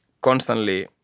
constantly